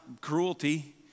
cruelty